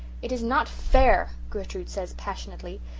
it is not fair gertrude says passionately.